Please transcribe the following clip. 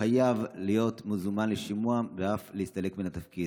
חייב להיות מוזמן לשימוע ואף להסתלק מן התפקיד.